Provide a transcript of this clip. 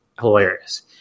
hilarious